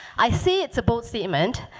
i say it's a bold statement,